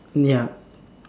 ya